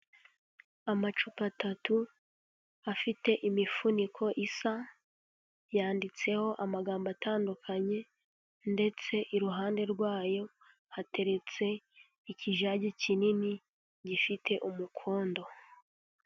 Amacupa atatu afite imifuniko isa, yanditseho amagambo atandukanye, ndetse iruhande rwayo hateretse ikijage kinini gifite umukondo.